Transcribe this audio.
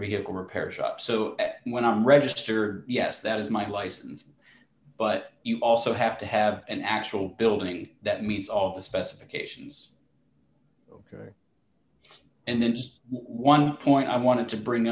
vehicle repair shop so when i'm registered yes that is my license but you also have to have an actual building that means all the specifications ok and it's one point i want to bring